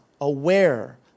aware